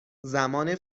زمان